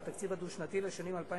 והתקציב הדו-שנתי לשנים 2011